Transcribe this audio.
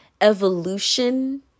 evolution